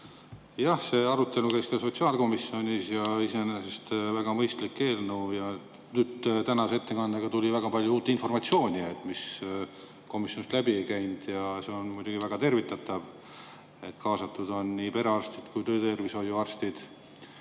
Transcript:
Jah, see arutelu käis ka sotsiaalkomisjonis. Iseenesest väga mõistlik eelnõu ja nüüd tänase ettekandega tuli väga palju uut informatsiooni, mis komisjonist läbi ei käinud. See on muidugi väga tervitatav, et kaasatud on nii perearstid kui ka töötervishoiuarstid